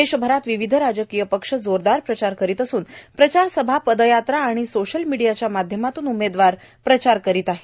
देशभरात विविध राजकीय पक्ष जोरदार प्रचार करीत असून प्रचारसभा पदयात्रा आणि आणि सोषल मिडियाच्या माध्यमातून उमेदवार प्रचार करीत आहेत